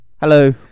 Hello